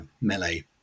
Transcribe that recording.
melee